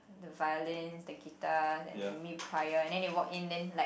the violin the guitar and maybe choir and then they walk in then like